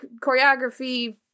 choreography